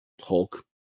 Hulk